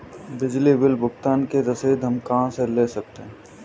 बिजली बिल भुगतान की रसीद हम कहां से ले सकते हैं?